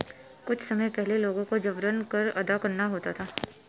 कुछ समय पहले लोगों को जबरन कर अदा करना होता था